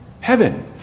Heaven